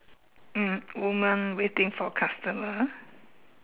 mm woman waiting for customer ah